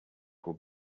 will